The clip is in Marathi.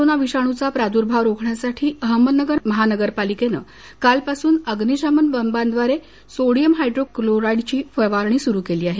कोरोना विषाणूचा प्रादुर्भाव रोखण्यासाठी अहमदनगर महापालिकेने कालपासून अग्निमशमन बंबाव्दारे सोडियम हायड्रोक्लोराईडची फवारणी सुरू केली आहे